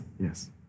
Yes